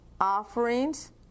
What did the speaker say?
offerings